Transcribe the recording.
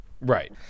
Right